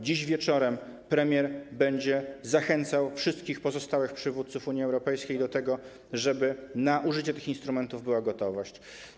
Dziś wieczorem premier będzie zachęcał wszystkich pozostałych przywódców Unii Europejskiej do tego, żeby na użycie tych instrumentów była gotowość.